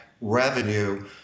revenue